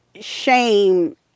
shame